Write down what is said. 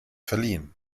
verliehen